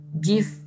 give